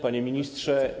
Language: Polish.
Panie Ministrze!